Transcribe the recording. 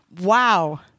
Wow